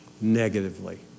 negatively